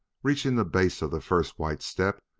reaching the base of the first white step,